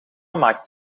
maakt